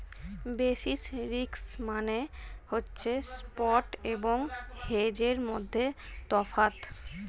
basis risk মানে হচ্ছে spot এবং হেজের মধ্যে তফাৎ